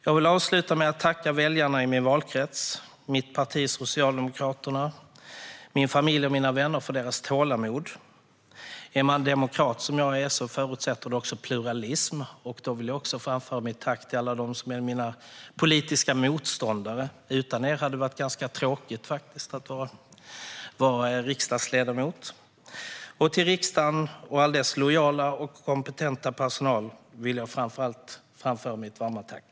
Jag vill avsluta med att tacka väljarna i min valkrets, mitt parti Socialdemokraterna och min familj och mina vänner för deras tålamod. Att vara demokrat som jag är förutsätter också pluralism, och därför vill jag också framföra mitt tack till alla mina politiska motståndare. Utan er hade det varit ganska tråkigt att vara riksdagsledamot. Till Riksdagsförvaltningen och all dess lojala och kompetenta personal vill jag framföra mitt varma tack!